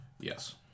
Yes